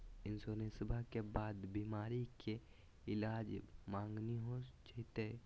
इंसोरेंसबा के बाद बीमारी के ईलाज मांगनी हो जयते?